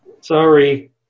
Sorry